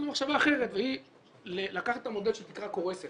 לנו מחשבה אחרת והיא לקחת את המודל של תקרה קורסת,